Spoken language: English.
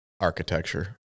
architecture